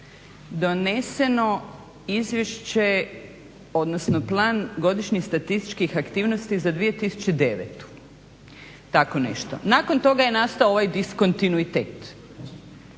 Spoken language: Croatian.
doneseno izvješće, odnosno Plan godišnjih statističkih aktivnosti za 2009., tako nešto. Nakon toga je nastao ovaj diskontinuitet